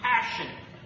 passion